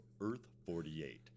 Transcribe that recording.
Earth-48